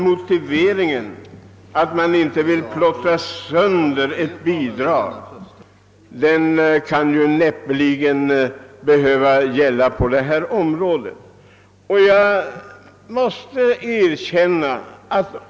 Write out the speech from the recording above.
Motiveringen att man inte vill plottra sönder bidraget kan näppeligen vara relevantare när det gäller bidrag till jaktorganisationer än när det gäller bidrag till partier.